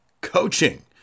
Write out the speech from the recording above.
Coaching